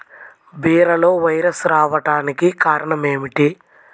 బీరలో వైరస్ రావడానికి కారణం ఏమిటి?